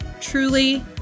truly